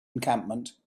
encampment